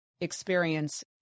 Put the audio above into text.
experience